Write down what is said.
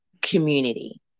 community